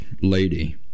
lady